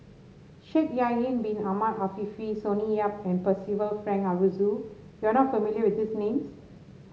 Shaikh Yahya Bin Ahmed Afifi Sonny Yap and Percival Frank Aroozoo you are not familiar with these names